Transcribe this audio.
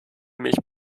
mich